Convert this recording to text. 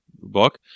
book